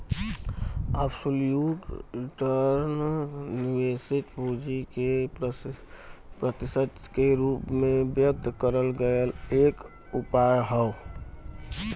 absolute return निवेशित पूंजी के प्रतिशत के रूप में व्यक्त करल गयल एक उपाय हौ